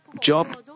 Job